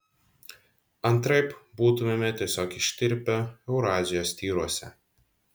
antraip būtumėme tiesiog ištirpę eurazijos tyruose